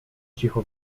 cicho